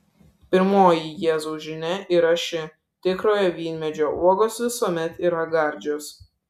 pirmoji jėzaus žinia yra ši tikrojo vynmedžio uogos visuomet yra gardžios